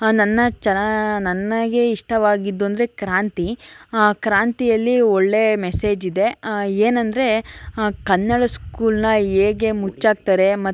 ನನ್ನ ಚಲಾ ನನಗೆ ಇಷ್ಟವಾಗಿದ್ದು ಅಂದರೆ ಕ್ರಾಂತಿ ಕ್ರಾಂತಿಯಲ್ಲಿ ಒಳ್ಳೆಯ ಮೆಸೇಜ್ ಇದೆ ಏನಂದರೆ ಕನ್ನಡ ಸ್ಕೂಲ್ನ ಹೇಗೆ ಮುಚ್ಚಾಕ್ತಾರೆ ಮತ್ತು